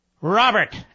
Robert